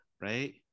Right